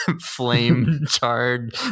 flame-charred